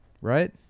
Right